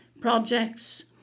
projects